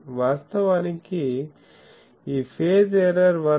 వాస్తవానికి ఈ face error 1